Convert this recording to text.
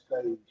stage